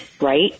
right